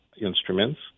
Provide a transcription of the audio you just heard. instruments